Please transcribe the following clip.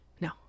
no